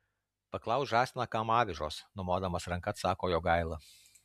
paklausk žąsiną kam avižos numodamas ranka atsako jogaila